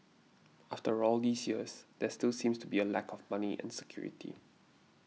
after all these years there still seems to be a lack of money and security